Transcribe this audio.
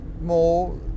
more